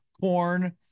corn